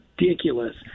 ridiculous